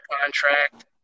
contract